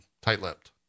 tight-lipped